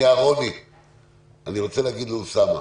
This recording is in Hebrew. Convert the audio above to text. לאוסאמה,